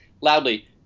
loudly